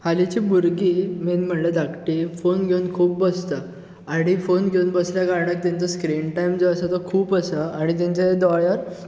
हालींची भुरगी मेन म्हणल्यार धाकटीं फोन घेवन खूब बसतात आनी फोन घेवन बसल्या कारणान तांचो स्क्रीन टायम जो आसा तो खूब आसा आनी तेंच्या दोळ्यांक